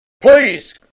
Please